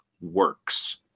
works